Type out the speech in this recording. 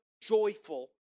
joyful